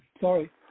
Sorry